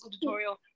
tutorial